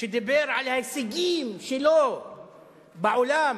שדיבר על ההישגים שלו בעולם.